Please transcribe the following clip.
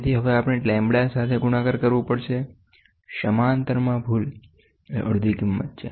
તેથી હવે આપણે લેમ્બડા સાથે ગુણાકાર કરવું પડશે સમાંતરમાં ભૂલ એ અડધી કિંમત છે